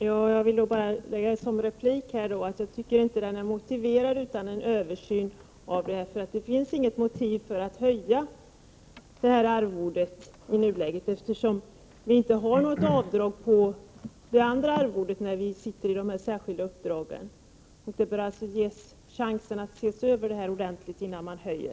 Herr talman! Jag tycker inte att höjningen är motiverad utan en översyn. Det finns inget motiv för att höja det här arvodet i nuläget, eftersom vi inte har något avdrag på det andra arvodet när vi sitter i de särskilda uppdragen. Systemet bör ges chans att ses över ordentligt innan man höjer.